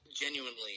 genuinely